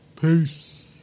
Peace